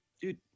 Dude